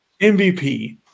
MVP